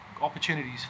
opportunities